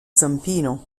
zampino